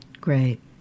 Great